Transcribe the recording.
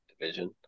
division